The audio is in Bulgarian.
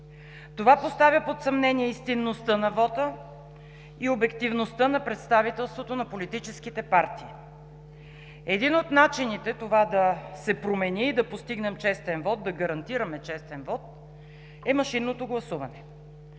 Това поставя под съмнение истинността на вота и обективността на представителството на политическите партии. Един от начините това да се промени и да постигнем честен вот, да гарантираме честен вот, е машинното гласуване.